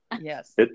Yes